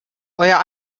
euer